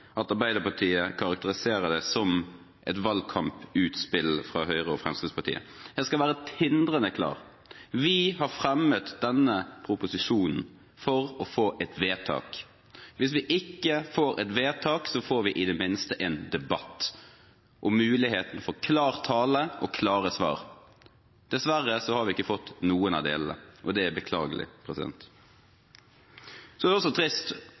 at Arbeiderpartiet karakteriserer det som et valgkamputspill fra Høyre og Fremskrittspartiet. Jeg skal være tindrende klar: Vi har fremmet denne proposisjonen for å få et vedtak. Hvis vi ikke får et vedtak, får vi i det minste en debatt og muligheten for klar tale og klare svar. Dessverre har vi ikke fått noen av delene, og det er beklagelig. Så er det også trist